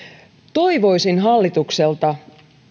toivoisin hallitukselta